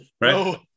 Right